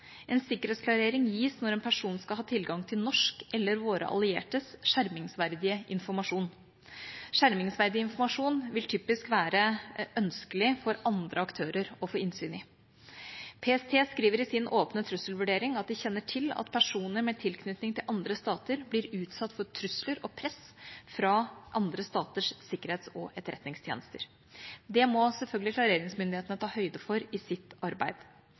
En sikkerhetsklarering gis når en person skal ha tilgang til norsk eller våre alliertes skjermingsverdige informasjon. Skjermingsverdig informasjon vil typisk være ønskelig for andre aktører å få innsyn i. PST skriver i sin åpne trusselvurdering at de kjenner til at personer med tilknytning til andre stater blir utsatt for trusler og press fra andre staters sikkerhets- og etterretningstjenester. Det må selvfølgelig klareringsmyndighetene ta høyde for i sitt arbeid.